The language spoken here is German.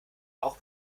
auch